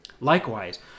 Likewise